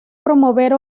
promover